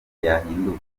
yahinduka